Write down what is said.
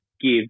give